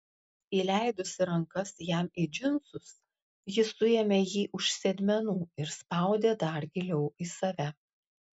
įleidusi rankas jam į džinsus ji suėmė jį už sėdmenų ir spaudė dar giliau į save